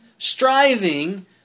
striving